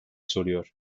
soruyor